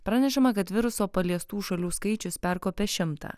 pranešama kad viruso paliestų šalių skaičius perkopė šimtą